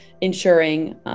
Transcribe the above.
ensuring